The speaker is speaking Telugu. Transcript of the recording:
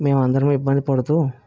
మేము అందరం ఇబ్బంది పడుతూ